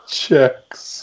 checks